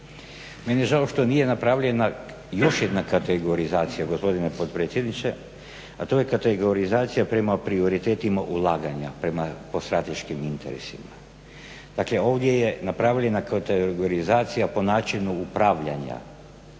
Meni je žao što nije napravljena još jedna kategorizacija, gospodine potpredsjedniče, a to je kategorizacija prema prioritetima ulaganja, po strateškim interesima. Dakle, ovdje je napravljena kategorizacija po načinu upravljanja,